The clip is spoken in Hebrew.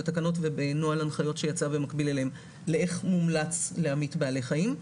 בתקנות ובנוהל הנחיות שיצא ומקביל אליהם לאיך מומלץ להמית בעלי חיים.